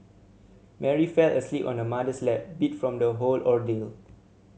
Mary fell asleep on her mother's lap beat from the whole ordeal